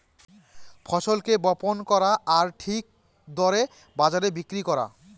ফসলকে বপন করা আর ঠিক দরে বাজারে বিক্রি করা